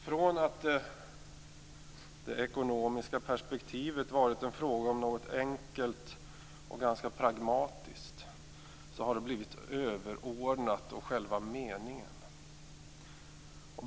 Från att det ekonomiska perspektivet varit en fråga om något enkelt och ganska pragmatiskt har det blivit överordnat och själva meningen.